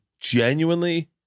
genuinely